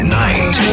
night